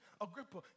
Agrippa